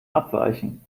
abweichen